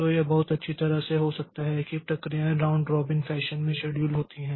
तो यह बहुत अच्छी तरह से हो सकता है कि प्रक्रियाएं राउंड रॉबिन फैशन में शेड्यूल होती हैं